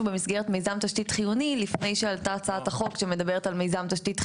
במסגרת מיזם תשתית חיוני לפני שעלתה הצעת החוק שמדברת על מיזם תשתית חיוני.